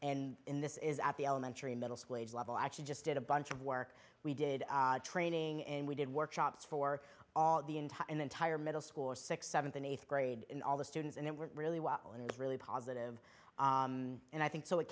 and in this is at the elementary middle school age level i actually just did a bunch of work we did training and we did workshops for the entire entire middle school or six seventh and eighth grade in all the students and it worked really well and was really positive and i think so it